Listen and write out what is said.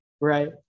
right